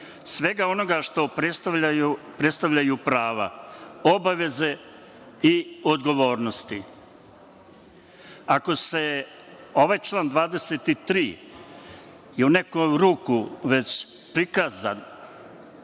svega onoga što predstavljaju prava, obaveze i odgovornosti. Ako je ovaj član 23. i u neku ruku već prikazan